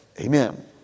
Amen